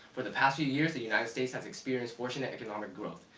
for the past few years, the united states has experienced fortunate economic growth.